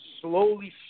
slowly